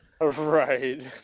Right